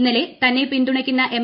ഇന്നലെ തന്നെ പിന്തുണയ്ക്കുന്ന എം